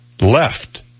left